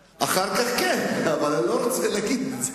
אחר כך, כן, אבל אני לא רוצה להגיד את זה.